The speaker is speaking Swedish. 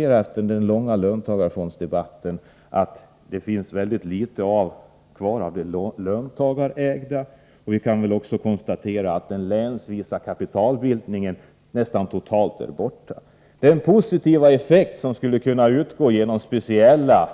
Efter den långa löntagarfondsdebatten kan vi väl konstatera att det finns mycket litet kvar av det löntagarägda och att den länsvisa kapitalbildningen nästan totalt är borta. Tanken på att positiva effekter skulle kunna uppstå genom speciella